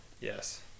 Yes